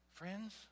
Friends